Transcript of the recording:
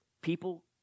people